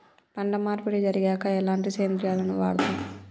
పంట మార్పిడి జరిగాక ఎలాంటి సేంద్రియాలను వాడుతం?